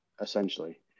essentially